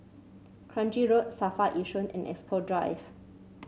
Kranji Road Safra Yishun and Expo Drive